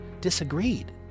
disagreed